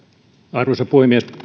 arvoisa puhemies